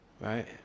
right